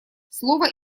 слово